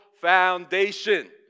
foundation